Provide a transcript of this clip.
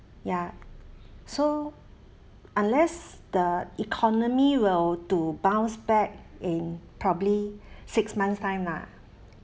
ya so unless the economy will to bounce back in probably six month time lah